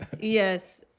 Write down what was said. Yes